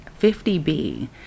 50b